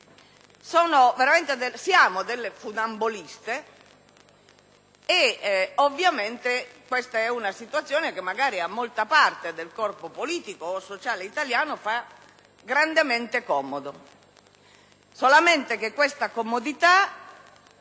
Siamo delle funambole e, ovviamente, questa situazione a molta parte del corpo politico sociale italiano fa grandemente comodo.